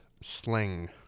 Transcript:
sling